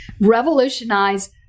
revolutionize